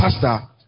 pastor